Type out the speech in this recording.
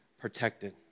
protected